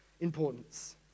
importance